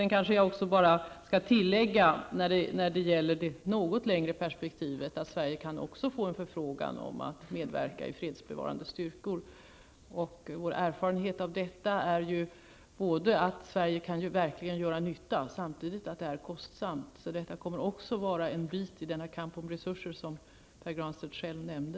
När det gäller det något längre perspektivet skall jag kanske också tillägga att Sverige kan få en förfrågan om att medverka i fredsbevarande styrkor. Vår erfarenhet av detta är att Sverige verkligen kan göra nytta, men att det samtidigt är kostsamt. Detta kommer också att vara en bit i denna kamp om resurser som Pär Granstedt själv nämnde.